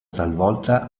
talvolta